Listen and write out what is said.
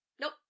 nope